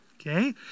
Okay